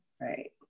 right